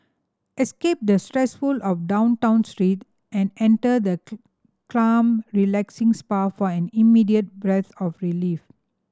escape the stressful of down town street and enter the calm relaxing spa for an immediate breath of relief